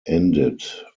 ended